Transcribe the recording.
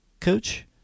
coach